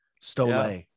Stole